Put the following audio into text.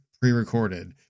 pre-recorded